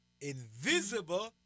invisible